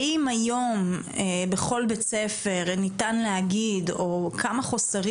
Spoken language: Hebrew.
האם היום בכל בית ספר ניתן להגיד או כמה חוסרים